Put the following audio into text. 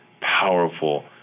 powerful